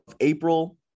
April